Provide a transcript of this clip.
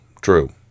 true